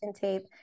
tape